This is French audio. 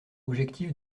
objectif